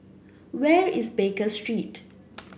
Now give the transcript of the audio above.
where is Baker Street